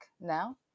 now